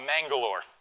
Mangalore